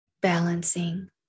balancing